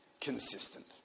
consistent